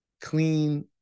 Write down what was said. clean